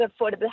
affordable